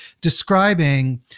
describing